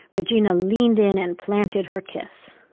regina leaned in and planted her kiss